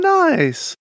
nice